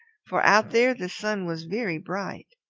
for out there the sun was very bright.